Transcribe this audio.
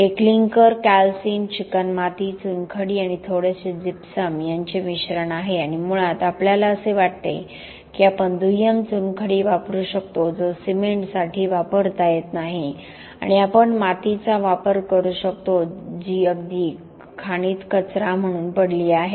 हे क्लिंकरकॅलसिन्ड चिकणमाती चुनखडी आणि थोडेसे जिप्सम यांचे मिश्रण आहे आणि मुळात आपल्याला असे वाटते की आपण दुय्यम चुनखडी वापरू शकतो जो सिमेंटसाठी वापरता येत नाही आणि आपण मातीचा वापर करू शकतो जी अगदी खाणीत कचरा म्हणून पडली आहे